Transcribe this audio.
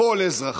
כל אזרחיו,